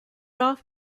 off